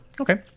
Okay